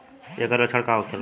ऐकर लक्षण का होखेला?